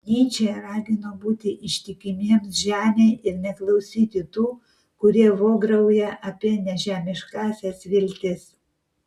nyčė ragino būti ištikimiems žemei ir neklausyti tų kurie vograuja apie nežemiškąsias viltis